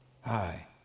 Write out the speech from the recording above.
Hi